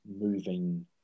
moving